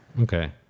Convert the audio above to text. Okay